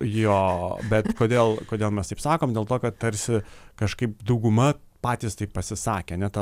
jo bet kodėl kodėl mes taip sakom dėl to kad tarsi kažkaip dauguma patys taip pasisakė ne ta